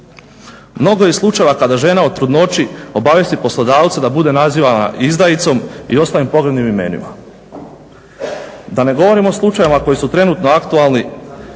Mnogo je slučajeva kada žena o trudnoći obavijesti poslodavca da bude nazivana izdajicom i ostalim pogrdnim imenima. Da ne govorim o slučajevima koji su trenutno aktualni.